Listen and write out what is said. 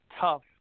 tough